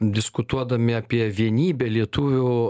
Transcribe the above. diskutuodami apie vienybę lietuvių